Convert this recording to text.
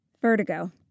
Vertigo